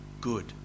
Good